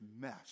mess